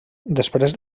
després